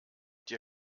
dir